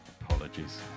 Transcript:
Apologies